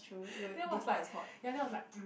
then was like ya then was like mm